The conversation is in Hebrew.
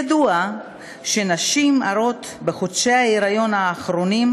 ידוע שנשים הרות המצויות בחודשי ההיריון האחרונים,